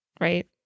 right